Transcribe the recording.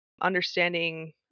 understanding